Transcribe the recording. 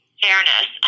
fairness